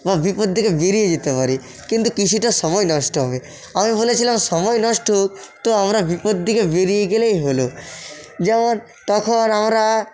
বা বিপদ থেকে বেরিয়ে যেতে পারি কিন্তু কিছুটা সময় নষ্ট হবে আমি বলেছিলাম সময় নষ্ট হোক তো আমরা বিপদ থেকে বেরিয়ে গেলেই হলো যেমন তখন আমরা